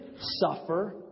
suffer